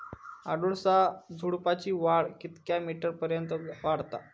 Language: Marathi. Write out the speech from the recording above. अडुळसा झुडूपाची वाढ कितक्या मीटर पर्यंत वाढता?